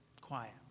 quiet